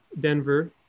Denver